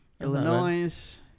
Illinois